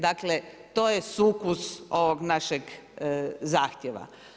Dakle to je sukus ovog našeg zahtjeva.